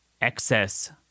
excess